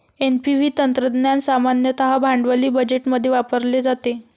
NPV तंत्रज्ञान सामान्यतः भांडवली बजेटमध्ये वापरले जाते